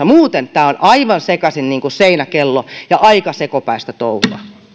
muuten tämä on aivan sekaisin niin kuin seinäkello ja aika sekopäistä touhua